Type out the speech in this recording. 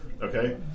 Okay